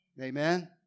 Amen